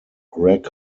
greg